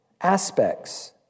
aspects